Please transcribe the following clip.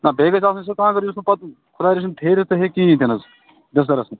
نہ بیٚیہِ گَژھِ آسنۍ سۄ کانٛگر یُس نہٕ پتہٕ خۄداے رٔچھِن پھیٖرِتھ تہ ہیٚکہِ کِہیٖنۍ تہ حظ بستَرَس مَنٛز